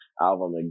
album